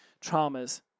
traumas